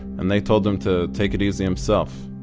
and they told him to take it easy himself.